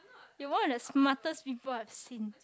you are the smartest people I have seen